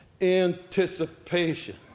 anticipation